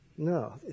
No